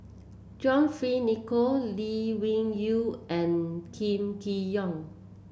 John Fearns Nicoll Lee Wung Yew and Kam Kee Yong